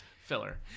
Filler